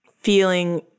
feeling